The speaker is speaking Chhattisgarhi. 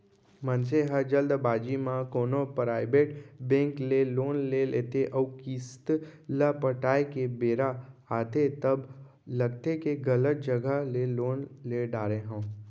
मनसे ह जल्दबाजी म कोनो पराइबेट बेंक ले लोन ले लेथे अउ किस्त ल पटाए के बेरा आथे तब लगथे के गलत जघा ले लोन ले डारे हँव